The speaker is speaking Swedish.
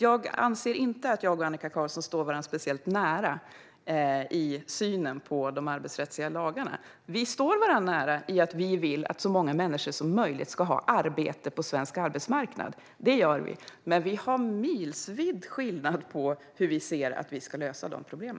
Jag anser inte att Annika Qarlsson och jag står varandra speciellt nära i synen på de arbetsrättsliga lagarna. Vi står varandra nära när det gäller att vi vill att så många människor som möjligt på svensk arbetsmarknad ska ha arbete, men det finns en milsvid skillnad i vårt synsätt på hur vi ska lösa dessa problem.